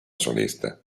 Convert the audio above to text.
solista